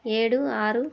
ఏడు ఆరు